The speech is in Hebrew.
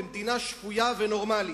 במדינה שפויה ונורמלית.